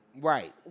Right